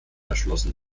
erschlossen